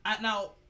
now